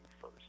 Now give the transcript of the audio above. first